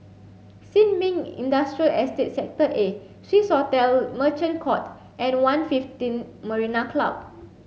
Sin Ming Industrial Estate Sector A Swissotel Merchant Court and One fifteen Marina Club